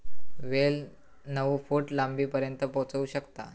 वेल नऊ फूट लांबीपर्यंत पोहोचू शकता